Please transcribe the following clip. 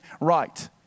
right